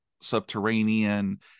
subterranean